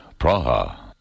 Praha